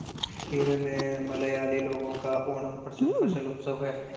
केरल में मलयाली लोगों का ओणम प्रसिद्ध फसल उत्सव है